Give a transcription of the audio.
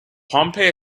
pompey